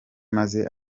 maze